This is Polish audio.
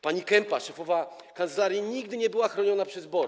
Pani Kempa, szefowa kancelarii, nigdy nie była chroniona przez BOR.